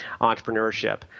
entrepreneurship